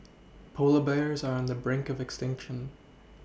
polar bears are on the brink of extinction